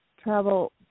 travel